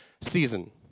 season